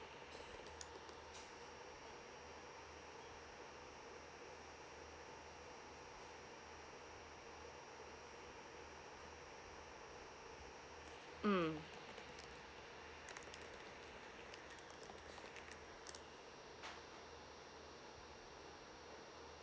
mm